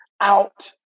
out